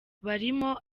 barimo